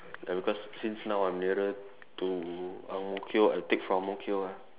ya because since now I'm nearer to Ang-Mo-Kio I take from Ang-Mo-Kio ah